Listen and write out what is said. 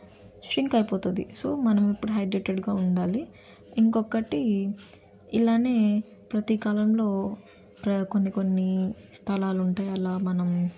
shrink అయిపోతుంది so మనం ఇప్పుడు హైడ్రేటెడ్గా ఉండాలి ఇంకొకటి ఇలాగే ప్రతి కాలంలో ప్ర కొన్ని కొన్ని స్థలాలు ఉంటాయి అలా మనం